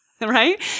right